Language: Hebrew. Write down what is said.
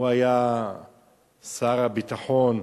היה שר הביטחון,